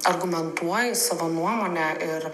argumentuoji savo nuomonę ir